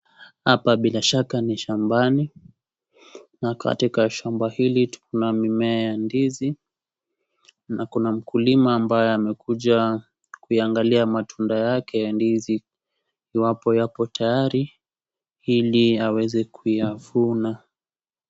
Hapa bilashaka ni shambani, na katika shamba hili kuna mimea ya ndizi, na kuna mkulima ambaye amekuja kuyaangalia matunda yake ya ndizi. Iwapo yapo tayari ili aweze kuyavuna.